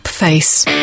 Face